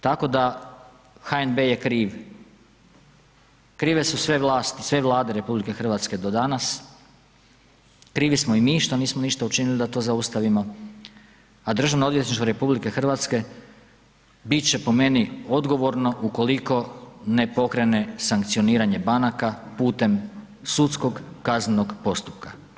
Tako da HNB je kriv, krive su sve vlasti, sve vlade RH do danas, krivi smo i mi što nismo ništa učinili da to zaustavimo, a DORH bit će po meni odgovorno ukoliko ne pokrene sankcioniranje banaka putem sudskog kaznenog postupka.